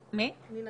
הצו.